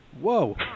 Whoa